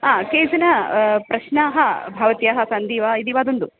आ केचन प्रश्नाः भवत्याः सन्ति वा इति वदन्तु